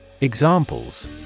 Examples